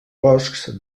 boscs